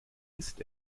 ist